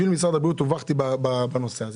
אני הובכתי בנושא הזה.